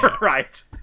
Right